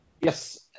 Yes